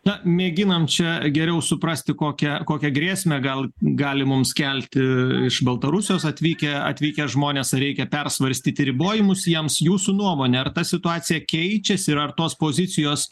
na mėginam čia geriau suprasti kokią kokią grėsmę gal gali mums kelti iš baltarusijos atvykę atvykę žmonės ar reikia persvarstyti ribojimus jiems jūsų nuomone ar ta situacija keičiasi ir ar tos pozicijos